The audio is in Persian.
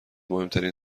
مهمترین